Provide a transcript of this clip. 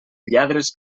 lladres